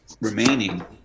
remaining